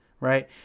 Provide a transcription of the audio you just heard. Right